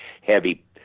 heavy